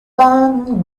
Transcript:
banen